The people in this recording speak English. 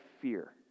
fear